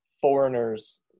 foreigners